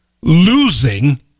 losing